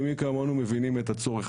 ומי כמונו מבינים את הצורך,